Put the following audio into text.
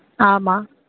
ஆமாம்